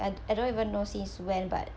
I I don't even know since when but